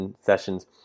sessions